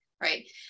right